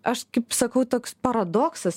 aš kaip sakau toks paradoksas